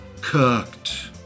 Cooked